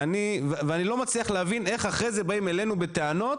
ואני לא מצליח להבין איך אחרי זה באים אלינו בטענות,